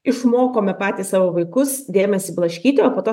išmokome patys savo vaikus dėmesį blaškyti o po to